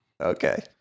Okay